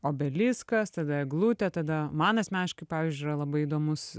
obeliskas tada eglutė tada man asmeniškai pavyzdžiui yra labai įdomus